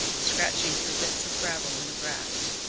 scratching for bits of gravel in the grass.